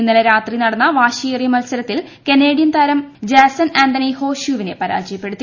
ഇന്നലെ രാത്രി നടന്ന വാശിയേറിയ മത്സരത്തിൽ കനേഡിയൻതാരം ജാസൻ ആന്തണി ഹോ ഷ്യൂവിനെ പരാജയപ്പെടുത്തി